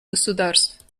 государств